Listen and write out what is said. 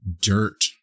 dirt